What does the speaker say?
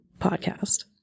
podcast